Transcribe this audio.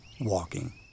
WALKING